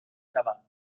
شود